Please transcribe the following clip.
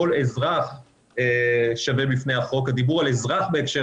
שכל אזרח שווה בפני החוק הדיבור על אזרח בהקשר